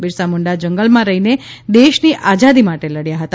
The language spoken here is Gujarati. બીરસા મુંડા જંગલમાં રહીને દેશની આઝાદી માટે લડયા હતા